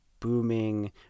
booming